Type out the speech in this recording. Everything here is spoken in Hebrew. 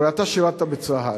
הרי אתה שירת בצה"ל.